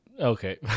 Okay